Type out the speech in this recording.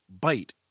Bite